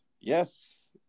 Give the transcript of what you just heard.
Yes